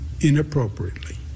inappropriately